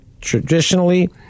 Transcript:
traditionally